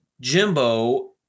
Jimbo